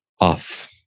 off